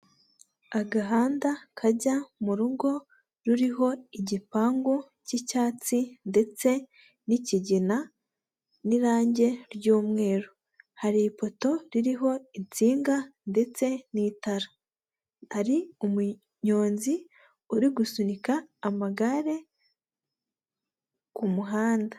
Agahanda kajya mu rugo ruriho igipangu cy'icyatsi ndetse n'igina n'irange ry'umweru. Hari ipoto ririho insinga ndetse n'itara. Hari umunyonzi uri gusunika amagare ku muhanda.